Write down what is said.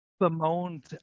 bemoaned